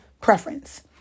preference